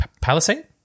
palisade